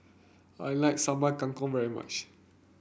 I like Sambal Kangkong very much